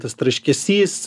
tas traškesys